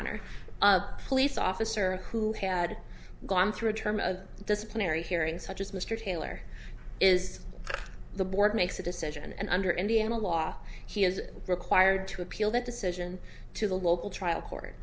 honor police officer who had gone through a term of disciplinary hearing such as mr taylor is the board makes a decision and under indiana law he is required to appeal that decision to the local trial court